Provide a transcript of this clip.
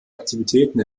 aktivitäten